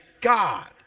God